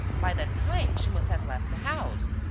by that time, she must have left the house.